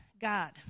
God